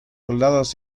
soldados